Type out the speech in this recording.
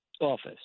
Office